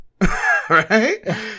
Right